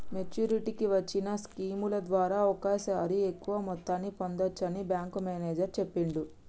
మెచ్చురిటీకి వచ్చిన స్కీముల ద్వారా ఒకేసారి ఎక్కువ మొత్తాన్ని పొందచ్చని బ్యేంకు మేనేజరు చెప్పిండు